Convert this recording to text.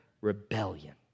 rebellion